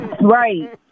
Right